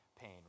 pain